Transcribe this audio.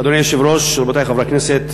אדוני היושב-ראש, רבותי חברי הכנסת,